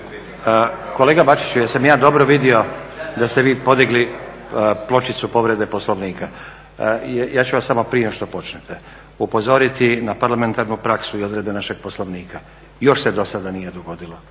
Kolega Bačiću jesam ja dobro vidio da ste vi podigli pločicu povrede Poslovnika? Ja ću vas samo prije nego počnete upozoriti na parlamentarnu praksu i odredbe našeg Poslovnika, još se do sada nije dogodilo